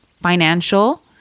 Financial